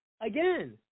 again